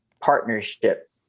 partnership